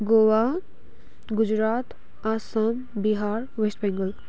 Goa Gujarat Assam Bihar West Bengal